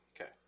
Okay